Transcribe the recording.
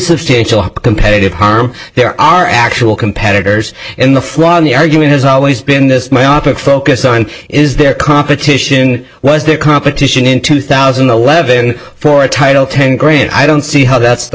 substantial competitive harm there are actual competitors in the flaw in the argument has always been this myopic focus on is there competition was there competition in two thousand and eleven for a title ten grand i don't see how that's the